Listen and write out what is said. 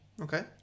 Okay